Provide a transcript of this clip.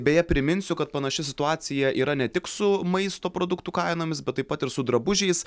beje priminsiu kad panaši situacija yra ne tik su maisto produktų kainomis bet taip pat ir su drabužiais